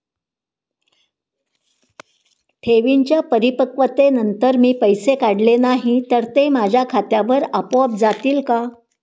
ठेवींच्या परिपक्वतेनंतर मी पैसे काढले नाही तर ते माझ्या खात्यावर आपोआप जातील का?